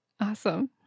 Awesome